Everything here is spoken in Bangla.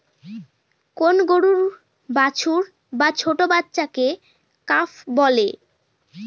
কোন গরুর বাছুর বা ছোট্ট বাচ্চাকে কাফ বলে